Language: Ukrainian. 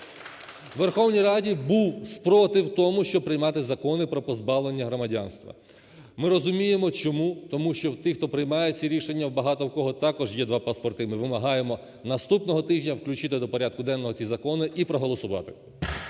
В Верховній Раді був спротив тому, щоб приймати закони, про позбавлення громадянства. Ми розуміємо чому. Тому що в тих, хто приймає ці рішення, багато у кого також є два паспорти. Ми вимагаємо наступного тижня включити до порядку денного ці закони і проголосувати.